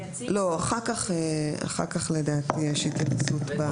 אחר כך לדעתי יש התייחסות.